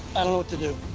i don't know what to do.